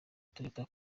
toyota